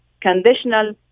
conditional